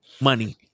Money